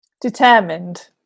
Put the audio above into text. Determined